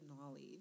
knowledge